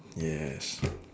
yes